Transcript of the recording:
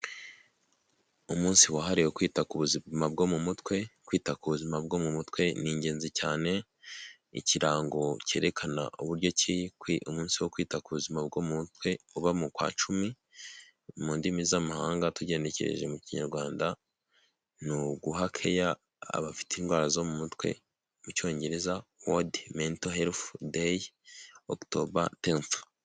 Umunsi wahariwe kwita ku buzima bwo mu mutwe, kwita ku buzima bwo mu mutwe ni ingenzi cyane ikirango cyerekana uburyo ki umunsi wo kwita ku buzima bwo mu mutwe uba mu kwa cumi mu ndimi z'amahanga tugenekereje mu kinyarwanda ni uguha keya abafite indwara zo mu mutwe mu cyongereza wode mento helifi deyi Ogutoba teni.